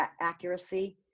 accuracy